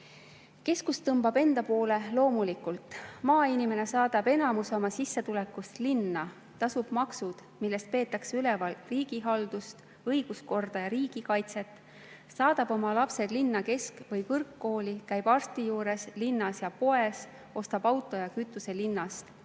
Keskus tõmbab enda poole loomulikult. Maainimene saadab enamuse oma sissetulekust linna: ta tasub maksud, millest peetakse üleval riigihaldust, õiguskorda ja riigikaitset, saadab oma lapsed linna kesk‑ või kõrgkooli, käib linnas arsti juures ja poes, ostab auto ja kütuse linnast.